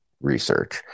research